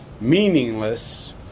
Meaningless